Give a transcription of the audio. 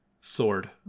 sword